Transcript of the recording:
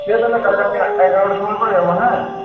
ঠিক আছে তাহলে কালকে আমি এগারোটার সময় করে যাবো হ্যাঁ